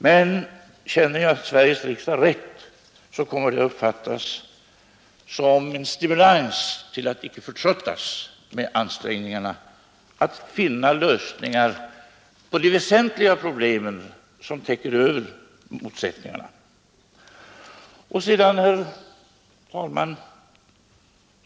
Men känner jag Sveriges riksdag rätt kommer det att uppfattas som en stimulans till att icke förtröttas i ansträngningarna att finna lösningar på de väsentliga problemen, lösningar som täcker över motsättningarna. Herr talman!